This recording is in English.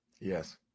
Yes